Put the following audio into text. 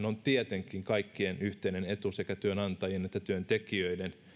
on tietenkin kaikkien yhteinen etu sekä työnantajien että työntekijöiden